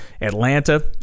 atlanta